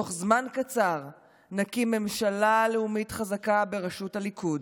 בתוך זמן קצר נקים ממשלה לאומית חזקה בראשות הליכוד,